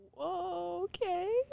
Okay